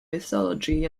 mythology